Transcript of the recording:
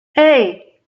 hey